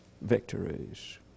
victories